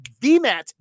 VMAT